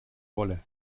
wolle